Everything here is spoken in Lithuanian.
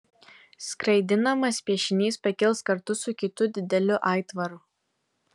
skraidinamas piešinys pakils kartu su kitu dideliu aitvaru